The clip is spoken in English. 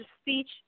speech